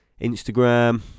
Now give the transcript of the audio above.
Instagram